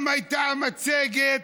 גם הייתה המצגת,